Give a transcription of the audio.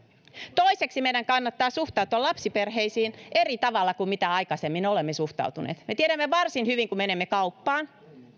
toiseksi meidän kannattaa suhtautua lapsiperheisiin eri tavalla kuin aikaisemmin olemme suhtautuneet me tiedämme varsin hyvin että kun menemme kauppaan